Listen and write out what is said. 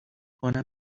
کنم